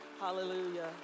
hallelujah